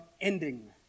ending